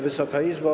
Wysoka Izbo!